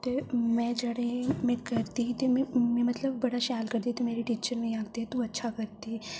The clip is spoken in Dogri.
ते में जेह्डे़ में करदी ही ते मतलब में बड़ा शैल करदी ही ते मेरी टीचर मिगी आखदी ही तू अच्छा करदी